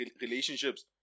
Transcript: relationships